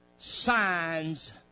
Signs